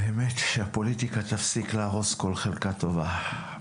באמת, שהפוליטיקה תפסיק להרוס כל חלקה טובה.